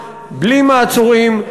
בלי מעצורים,